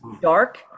dark